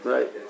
Right